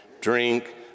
drink